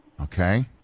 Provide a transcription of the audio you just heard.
Okay